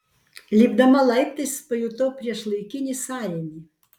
lipdama laiptais pajutau priešlaikinį sąrėmį